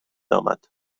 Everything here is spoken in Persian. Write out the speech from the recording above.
آمد